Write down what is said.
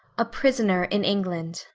a prisoner in england.